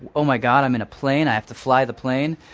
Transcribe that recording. oh my god, i'm in a plane, i have to fly the plane.